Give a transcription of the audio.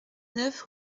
neuf